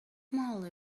molly